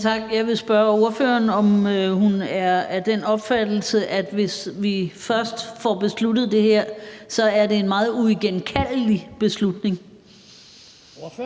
Tak. Jeg vil spørge ordføreren, om hun er af den opfattelse, at hvis vi først har besluttet det her, er det en meget uigenkaldelig beslutning. Kl. 18:08